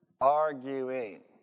Arguing